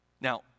Now